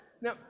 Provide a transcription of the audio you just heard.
Now